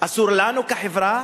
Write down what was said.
אסור לנו כחברה,